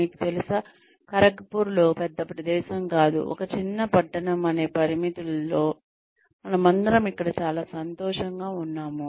మీకు తెలుసా ఖరగ్పూర్లో పెద్ద ప్రదేశం కాదు ఒక చిన్న పట్టణం అనే పరిమితులతో మనమందరం ఇక్కడ చాలా సంతోషంగా ఉన్నాము